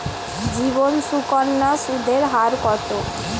জীবন সুকন্যা সুদের হার কত?